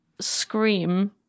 scream